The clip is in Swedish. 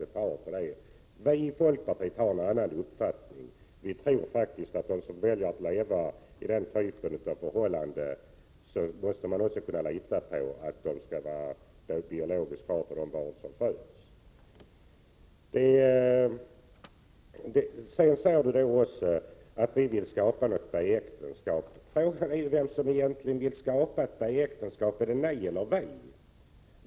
Vi i folkpartiet har en annan uppfattning. Vi tror faktiskt att man måste kunna lita på att män som lever i ett samboförhållande är biologiska fäder till de barn som föds i dessa förhållanden. Sedan säger Ewa Hedkvist Petersen att vi vill skapa något slags B-äktenskap. Frågan är vem som egentligen vill skapa ett B-äktenskap — är det ni eller vi?